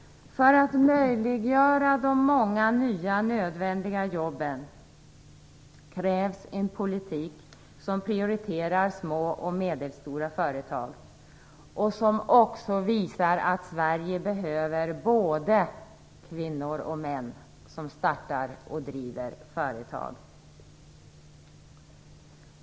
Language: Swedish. För att möjliggöra de många nya nödvändiga jobben krävs en politik som prioriterar små och medelstora företag och som också visar att Sverige behöver både kvinnor och män som startar och driver företag.